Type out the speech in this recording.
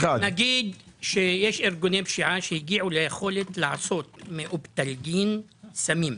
נגיד שיש ארגוני פשיעה שהגיעו ליכולת לעשות מאופטלגין סמים.